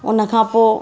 हुन खां पोइ